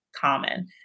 common